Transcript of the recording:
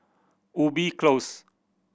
Ubi Close